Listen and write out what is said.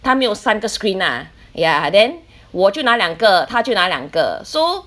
他没有三个 screen ah ya then 我就拿两个他就拿两个 so